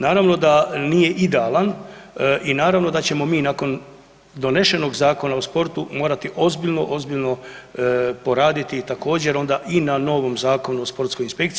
Naravno da nije idealan i naravno da ćemo mi nakon donesenog Zakona o sportu morati ozbiljno, ozbiljno poraditi i također onda i na novom Zakonu o sportskoj inspekciji.